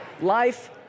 life